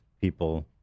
people